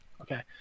okay